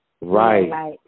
Right